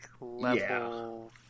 level